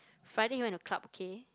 Friday he went to Club-K